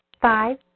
Five